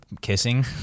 kissing